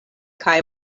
kaj